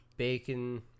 Bacon